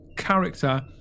character